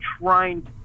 trying